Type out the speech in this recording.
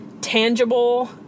tangible